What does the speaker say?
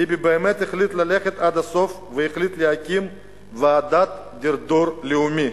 ביבי באמת החליט ללכת עד הסוף והחליט להקים ועדת דרדור לאומי,